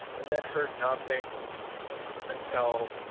and then heard nothing until,